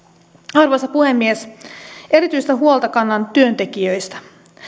arvoisa puhemies erityistä huolta kannan työntekijöistä